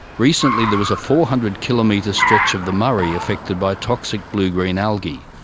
recently there was a four hundred kilometre stretch of the murray affected by toxic blue-green algae,